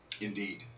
Indeed